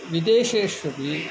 विदेशेष्वपि